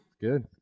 Good